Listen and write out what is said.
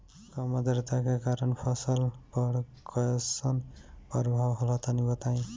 कम आद्रता के कारण फसल पर कैसन प्रभाव होला तनी बताई?